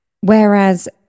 Whereas